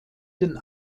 den